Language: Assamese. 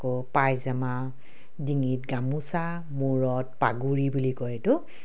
আকৌ পাইজামা ডিঙিত গামোচা মূৰত পাগুৰি বুলি কয় এইটো